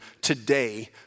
today